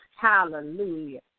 hallelujah